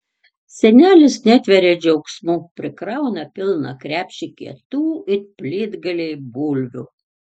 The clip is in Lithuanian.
senelis netveria džiaugsmu prikrauna pilną krepšį kietų it plytgaliai bulvių